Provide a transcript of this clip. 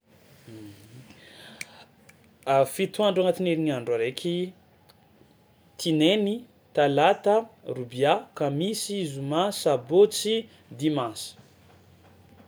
A fito andro agnatin'ny herignandro araiky: tinainy, talata, robià, kamisy, zoma, sabôtsy, dimansy.